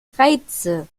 reize